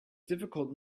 difficult